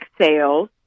sales